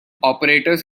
operators